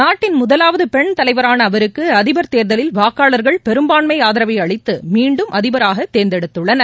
நாட்டின் முதலாவது பெண் தலைவரான அவருக்கு அதிபர் தேர்தலில் வாக்காளர்கள் பெரும்பான்மை ஆதரவை அளித்து மீண்டும் அதிபராக தேர்ந்தெடுத்துள்ளனர்